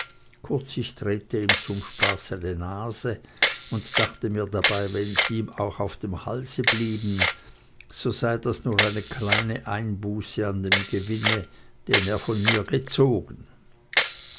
kurz ich drehte ihm zum spaß eine nase und dachte mir dabei wenn sie ihm auch auf dem halse blieben so sei das nur eine kleine einbuße an dem gewinne den er von mir gezogen